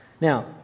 Now